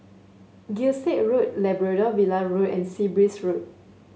Gilstead Road Labrador Villa Road and Sea Breeze Road